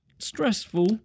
stressful